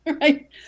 right